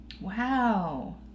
Wow